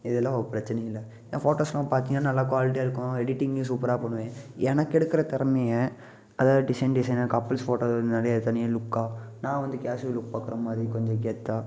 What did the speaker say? இதெலாம் ஒரு பிரச்சனையும் இல்லை என் ஃபோட்டோஸ் எல்லாம் பார்த்திங்கனா நல்லா குவாலிட்டியாக இருக்கும் எடிட்டிங்கு சூப்பராக பண்ணுவேன் எனக்கு எடுக்கிற திறமையை அதாவது டிசைன் டிசைனாக கப்புள்ஸ் ஃபோட்டோவை நிறையா தனி லுக்காக நான் வந்து கேஷூவல் லுக் பாக்குறமாதிரி கொஞ்சம் கெத்தாக